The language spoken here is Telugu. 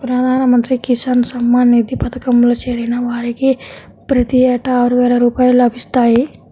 ప్రధాన మంత్రి కిసాన్ సమ్మాన్ నిధి పథకంలో చేరిన వారికి ప్రతి ఏటా ఆరువేల రూపాయలు లభిస్తాయి